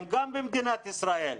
הם גם במדינת ישראל,